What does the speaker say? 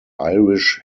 irish